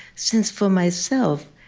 since for myself,